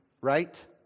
right